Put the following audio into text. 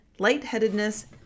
lightheadedness